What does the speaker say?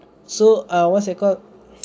so err what's that called